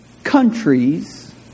Countries